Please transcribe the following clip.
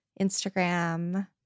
Instagram